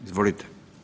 Izvolite.